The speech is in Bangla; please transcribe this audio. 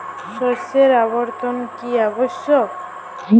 শস্যের আবর্তন কী আবশ্যক?